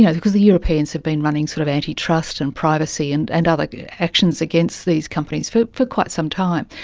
yeah because the europeans have been running sort of anti-trust and privacy and and other actions against these companies for for quite some time.